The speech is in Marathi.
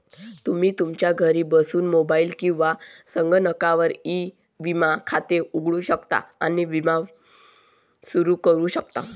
तुम्ही तुमच्या घरी बसून मोबाईल किंवा संगणकावर ई विमा खाते उघडू शकता आणि विमा सुरू करू शकता